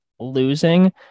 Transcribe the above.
losing